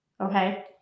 okay